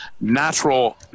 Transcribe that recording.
natural